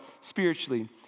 spiritually